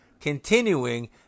continuing